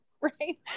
right